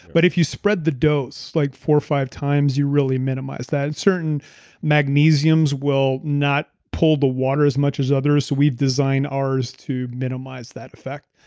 but if you spread the dose like four or five times, you really minimize that, and certain magnesium's will not pull the water as much as others. so we've designed ours to minimize that effect,